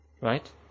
Right